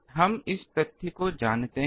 हम इस तथ्य को जानते हैं